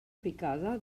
picada